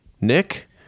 Nick